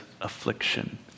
affliction